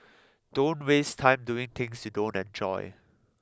don't waste time doing things you don't enjoy